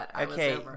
Okay